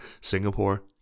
Singapore